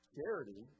Charity